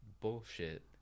bullshit